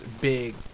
Big